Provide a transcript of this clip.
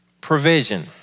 provision